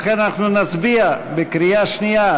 לכן אנחנו נצביע בקריאה שנייה,